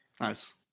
Nice